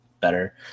Better